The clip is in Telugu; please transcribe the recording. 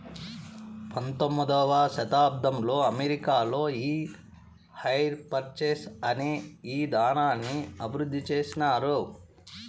పంతొమ్మిదవ శతాబ్దంలో అమెరికాలో ఈ హైర్ పర్చేస్ అనే ఇదానాన్ని అభివృద్ధి చేసినారు